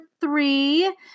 three